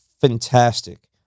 fantastic